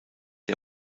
der